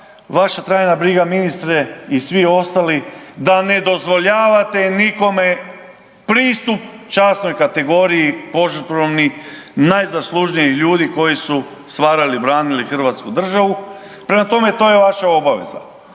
vaša trajna briga ministre i svi ostali da ne dozvoljavate nikome pristup časnoj kategoriji najzaslužnijih ljudi koji su stvarali, branili Hrvatsku državu, prema tome to je vaša obaveza.